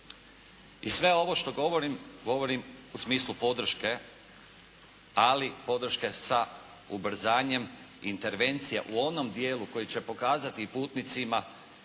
I sve ovo što govorim, govorim u smislu podrške ali podrške sa ubrzanjem intervencija u onom dijelu koji će pokazati i putnicima